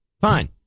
Fine